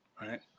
right